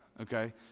Okay